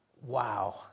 Wow